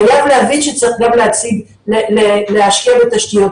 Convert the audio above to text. חייב להבין שצריך גם להשקיע בתשתיות.